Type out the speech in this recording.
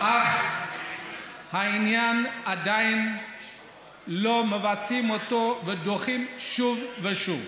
אך עדיין לא מבצעים אותה ודוחים שוב ושוב.